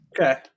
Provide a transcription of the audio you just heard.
okay